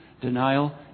denial